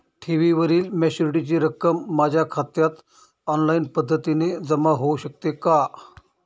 ठेवीवरील मॅच्युरिटीची रक्कम माझ्या खात्यात ऑनलाईन पद्धतीने जमा होऊ शकते का?